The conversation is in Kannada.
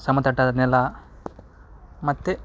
ಸಮತಟ್ಟಾದ ನೆಲ ಮತ್ತೆ